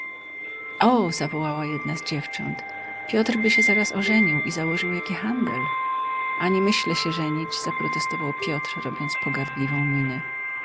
o zawołała jedna z dziewcząt piotrby się zaraz ożenił i założył jaki handel ani myślę się żenić zaprotestował piotr robiąc pogardliwą minę